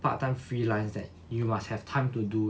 part time freelance that you must have time to do